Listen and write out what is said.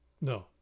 no